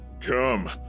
Come